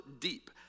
deep